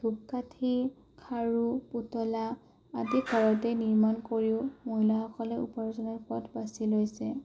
ধূপকাঠি খাৰু পুতলা আদি ঘৰতে নিৰ্মাণ কৰিও মহিলাসকলে উপাৰ্জনৰ পথ বাচি লৈছে